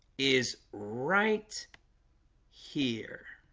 is right here